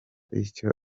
icyo